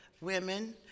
women